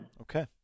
Okay